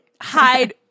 hide